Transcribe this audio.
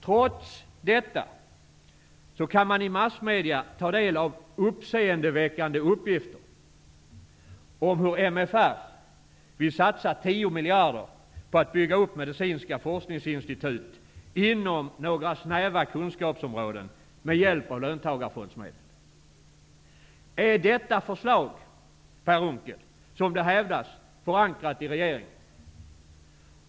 Trots detta kan man i massmedierna ta del av uppseendeväckande uppgifter om hur MFR vill satsa tio miljarder på att bygga upp medicinska forskningsinstitut inom några snäva kunskapsområden med hjälp av löntagarfondsmedel. Är detta förslag, som det hävdas, Per Unckel, förankrat i regeringen?